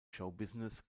showbusiness